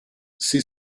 sie